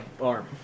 arm